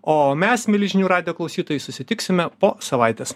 o mes mieli žinių radijo klausytojai susitiksime po savaitės